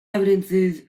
evidences